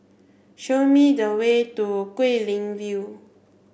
show me the way to Guilin View